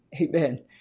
Amen